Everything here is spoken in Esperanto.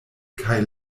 kaj